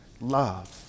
love